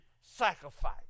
sacrifice